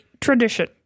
Tradition